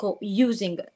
using